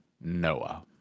Noah